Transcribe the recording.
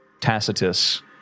Tacitus